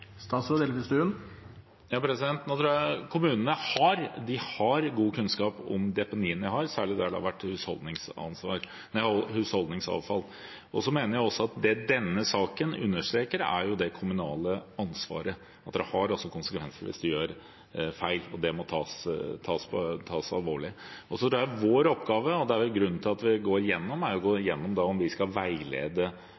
Jeg tror kommunene har god kunnskap om deponiene de har, særlig der det har vært husholdningsavfall. Jeg mener også at det denne saken understreker, er det kommunale ansvaret, at det har konsekvenser hvis det gjøres feil, og det må tas alvorlig. Jeg tror vår oppgave – og det er grunnen til at vi gjør dette – er å gå